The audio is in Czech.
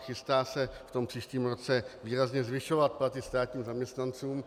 Chystá se v příštím roce výrazně zvyšovat platy státních zaměstnanců.